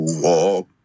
walk